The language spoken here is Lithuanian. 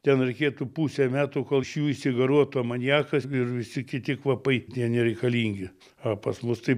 ten reikėtų pusę metų kol iš jų išsigaruotų amoniakas ir visi kiti kvapai tie nereikalingi o pas mus taip